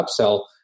upsell